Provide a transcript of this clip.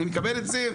אני מקבל את זה.